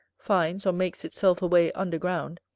finds or makes itself a way under ground,